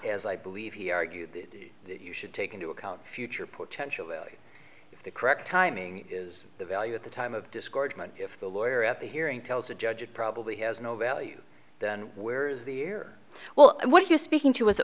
as i believe you argue that you should take into account future potential value if the correct timing is the value at the time of discouragement if the lawyer at the hearing tells the judge it probably has no value then where is the year well what are you speaking to as it